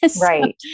Right